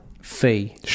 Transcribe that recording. fee